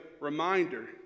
reminder